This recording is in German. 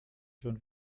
schon